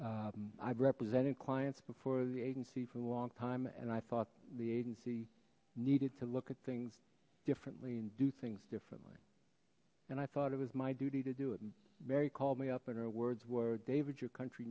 agency i've represented clients before the agency for a long time and i thought the agency needed to look at things differently and do things differently and i thought it was my duty to do and very called me up in her words were david your country